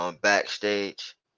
backstage